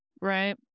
Right